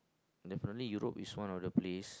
definitely Europe is one of the place